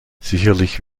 sicherlich